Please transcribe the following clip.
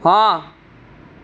हां